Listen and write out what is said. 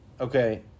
Okay